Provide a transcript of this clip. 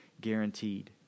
guaranteed